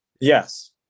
Yes